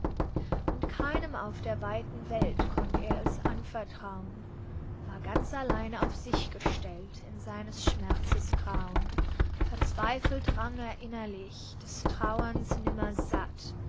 und keinem auf der weiten welt konnt er es anvertrauen war ganz allein auf sich gestellt in seines schmerzes grau'n verzweifelt rang er innerlich des trauerns